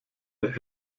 der